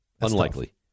Unlikely